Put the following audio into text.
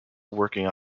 working